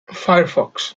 firefox